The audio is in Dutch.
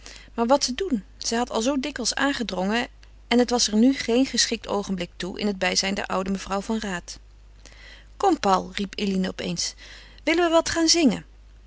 maar wat te doen zij had al zoo dikwijls aangedrongen en het was er nu geen geschikt oogenblik toe in het bijzijn der oude mevrouw van raat kom paul riep eline op eens willen we wat gaan zingen